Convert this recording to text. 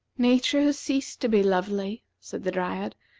nature has ceased to be lovely, said the dryad,